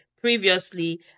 previously